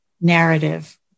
narrative